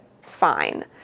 Fine